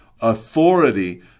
authority